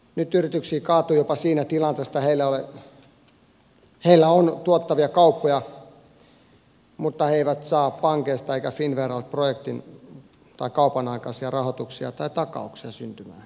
nyt yrityksiä kaatuu jopa siinä tilanteessa että heillä on tuottavia kauppoja mutta he eivät saa pankeista eivätkä finnveralta projektin tai kaupan aikaisia rahoituksia tai takauksia syntymään